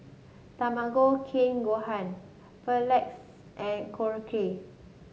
Tamago Kake Gohan Pretzel and Korokke